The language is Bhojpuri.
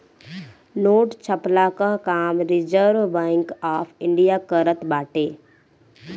नोट छ्पला कअ काम रिजर्व बैंक ऑफ़ इंडिया करत बाटे